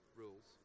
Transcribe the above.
rules